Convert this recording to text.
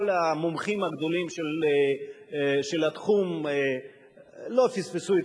כל המומחים הגדולים של התחום לא פספסו את